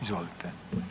Izvolite.